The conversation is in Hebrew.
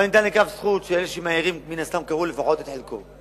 אבל אני דן לכף זכות שאלה שמעירים מן הסתם קראו לפחות את חלקו.